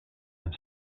een